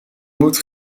moet